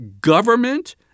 government